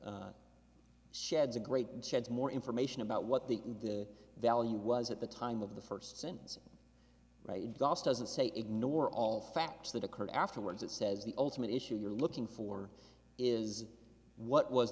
sheds a great chance more information about what the the value was at the time of the first since right goss doesn't say ignore all facts that occurred afterwards it says the ultimate issue you're looking for is what was